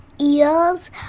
eels